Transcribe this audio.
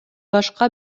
башка